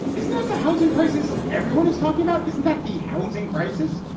it's not the housing crisis everyone is talking about. isn't that the housing crisis?